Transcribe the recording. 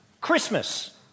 Christmas